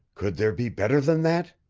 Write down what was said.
could there be better than that?